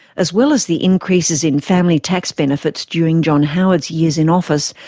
as well as the increases in family tax benefits during john howard's years in office,